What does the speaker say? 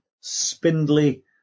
spindly